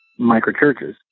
microchurches